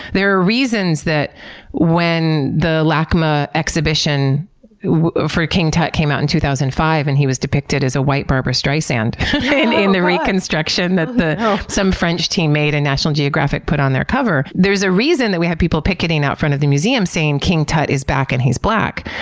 there are reasons that when the lacma exhibition for king tut came out in two thousand and five and he was depicted as a white barbra streisand in the reconstruction that some french team made and national geographic put on their cover, there's a reason that we had people picketing out front of the museum saying, king tut is back and he's black,